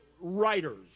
writers